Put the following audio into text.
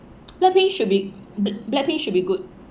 blackpink should be b~ blackpink should be good